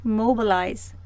mobilize